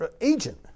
agent